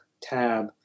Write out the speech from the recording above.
tab